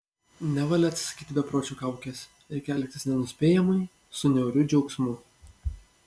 nevalia atsisakyti bepročio kaukės reikia elgtis nenuspėjamai su niauriu džiaugsmu